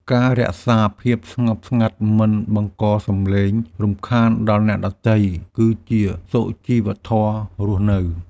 ការរក្សាភាពស្ងប់ស្ងាត់មិនបង្កសំឡេងរំខានដល់អ្នកដទៃ គឺជាសុជីវធម៌រស់នៅ។